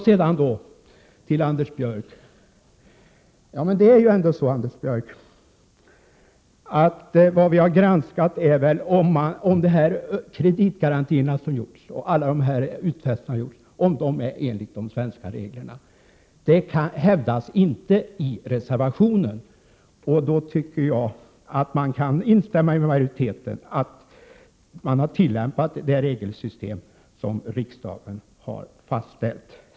| Sedan till Anders Björck: Det är ändå så att vad vi har granskat är om de kreditgarantier som lämnats och alla de utfästelser som gjorts är i enlighet | med de svenska reglerna. Det hävdas inte i reservationen på denna punkt att så ej skulle vara fallet, och då tycker jag att man kan instämma i majoritetens uttalande, att det regelsystem som riksdagen fastställt har tillämpats.